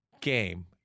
game